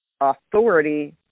authority